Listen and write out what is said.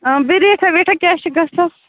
آ بیٚیہِ ریٖٹھا و یٖٹھاہ کیٛاہ چھِ گژھان